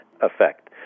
effect